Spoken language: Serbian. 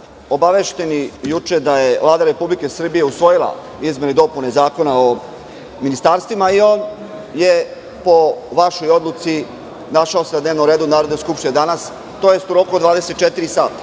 smo juče da je Vlada Republike Srbije usvojila izmene i dopune Zakona o ministarstvima i on se, po vašoj odluci, našao na dnevnom redu Narodne skupštine danas, tj. u roku od 24 sata.